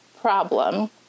problem